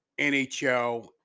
NHL